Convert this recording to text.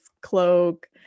cloak